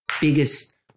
biggest